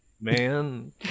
man